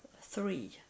three